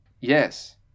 Yes